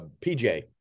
PJ